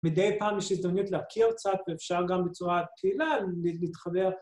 מדי פעם יש הזדמנות להכיר קצת ואפשר גם בצורה פעילה להתחבר.